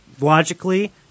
logically